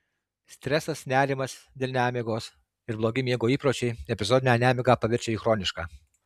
stresas nerimas dėl nemigos ir blogi miego įpročiai epizodinę nemigą paverčia į chronišką